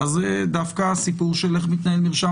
ואז דווקא הסיפור של איך מתנהל מרשם